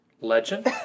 Legend